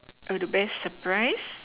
err the best surprise